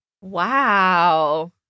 Wow